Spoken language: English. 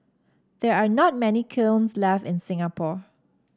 there are not many kilns left in Singapore